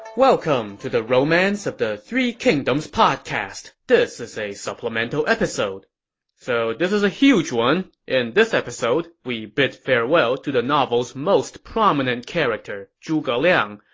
welcome to the romance of the three kingdoms podcast. this is a supplemental episode so this is a huge one. in this episode, we bid farewell to the novel's most prominent character, zhuge liang,